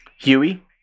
huey